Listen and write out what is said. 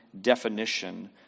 definition